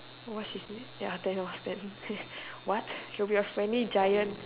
what his name ya Thanos Thanos what he will be a friendly giant